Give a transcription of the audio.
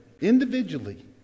individually